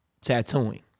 tattooing